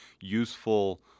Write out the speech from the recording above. useful